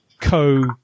co